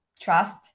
trust